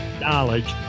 knowledge